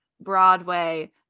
broadway